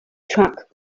track